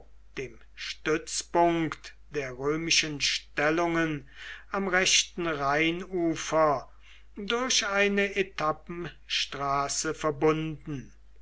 dem stützpunkt der römischen stellungen am rechten rheinufer durch eine etappenstraße verbunden